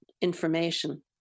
information